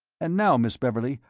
and now, miss beverley,